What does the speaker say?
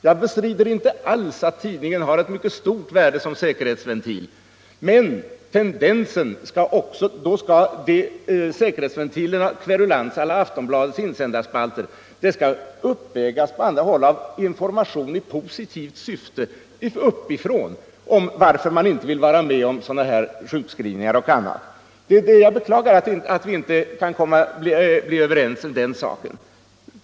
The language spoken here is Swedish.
Jag bestrider inte alls att tidningen har mycket stort värde som säkerhetsventil, men då skall också kverulansen å la Aftonbladet uppvägas av information uppifrån i positiv riktning om varför man inte vill vara med om sådana här sjukskrivningar och annat. Jag beklagar att vi inte kan bli överens i den saken.